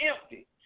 empty